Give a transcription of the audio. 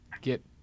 get